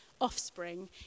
offspring